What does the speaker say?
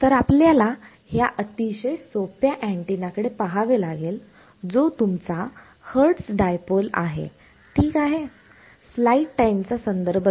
तर आपल्याला ह्या अतिशय सोप्या अँटिना कडे पहावे लागेल जो तुमचा हर्टस डायपोल आहे ठीक आहे